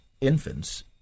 infants